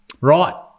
Right